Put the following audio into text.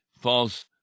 false